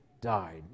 died